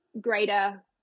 greater